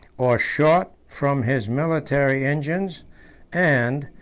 or shot from his military engines and.